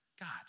God